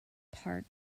part